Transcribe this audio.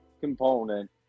component